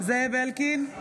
זאב אלקין,